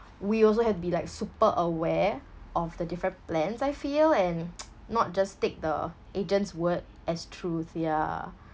we also have to be like super aware of the different plans I feel and not just take the agents word as truth ya